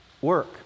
work